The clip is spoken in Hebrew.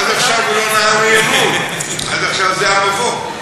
עד עכשיו הוא, עד עכשיו זה היה המבוא.